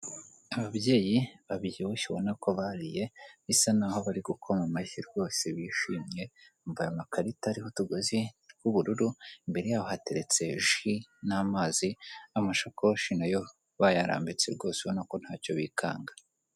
Ababyeyi babyibushye ubona ko bariye bisa naho bari gukoma amashyi rwose bishimye, bambaye amakarita ariho utugozi tw'ubururu, imbere yabo hateretse ji n'amazi n'amashakoshi, nayo bayarambitse rwose ubona ko ntacyo bikanga.